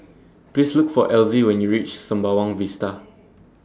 Please Look For Elzy when YOU REACH Sembawang Vista